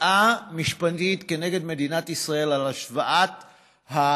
שבעה או שמונה חודשים אנחנו עמלים על התערוכה ועל קיום היום הזה,